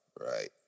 right